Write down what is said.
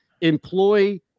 employ